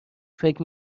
فکر